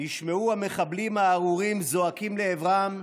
נשמעו המחבלים הארורים זועקים לעברם: